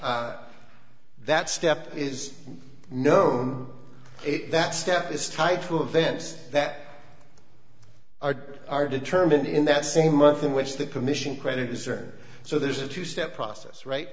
p that step is know it that step is tied to events that are are determined in that same month in which the commission creditors are so there's a two step process right